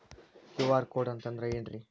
QR code ಅಂತಂದ್ರ ಏನ್ರೀ?